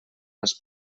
els